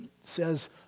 says